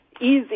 easy